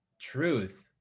truth